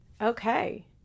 Okay